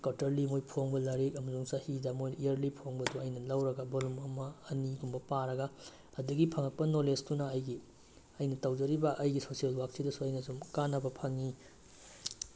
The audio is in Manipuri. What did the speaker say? ꯀꯇ꯭ꯔꯂꯤ ꯃꯣꯏ ꯐꯣꯡꯕ ꯂꯥꯏꯔꯤꯛ ꯑꯃꯨꯁꯨꯡ ꯆꯍꯤꯗ ꯃꯣꯏꯅ ꯏꯌ꯭ꯔꯂꯤ ꯐꯣꯡꯕꯗꯣ ꯑꯩꯅ ꯂꯧꯔꯒ ꯕꯣꯂꯨꯝ ꯑꯃ ꯑꯅꯤꯒꯨꯝꯕ ꯄꯥꯔꯒ ꯑꯗꯒꯤ ꯐꯪꯉꯛꯄ ꯅꯣꯂꯦꯖꯇꯨꯅ ꯑꯩꯒꯤ ꯑꯩꯅ ꯇꯧꯖꯔꯤꯕ ꯑꯩꯒꯤ ꯁꯣꯁꯦꯜ ꯋꯥꯛꯁꯤꯗꯁꯨ ꯑꯩꯅ ꯁꯨꯝ ꯀꯥꯟꯅꯕ ꯐꯪꯏ